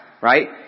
right